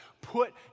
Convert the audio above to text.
put